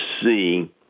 see